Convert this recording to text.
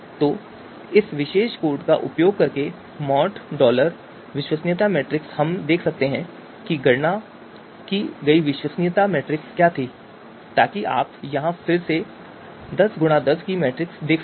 तो इस विशेष कोड का उपयोग करके मॉड डॉलर विश्वसनीयता मैट्रिक्स हम देख सकते हैं कि गणना की गई विश्वसनीयता मैट्रिक्स क्या थी ताकि आप यहां फिर से 10x10 मैट्रिक्स देख सकें